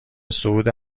صعود